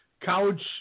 Couch